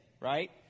right